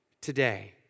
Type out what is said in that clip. today